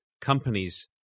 companies